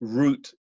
root